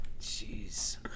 Jeez